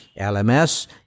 LMS